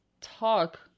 talk